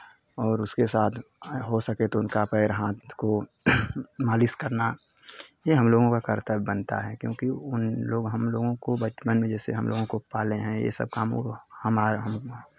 और उसके साथ हो सके तो उनका पैर हाथ को मालिश करना ये हम लोगों का कर्तव्य बनता है क्योंकि उन लोग हम लोगों को बचपन में जैसे हम लोगों को पाले हैं ये सब कामों को हमारा हम